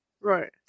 Right